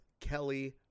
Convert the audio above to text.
Kelly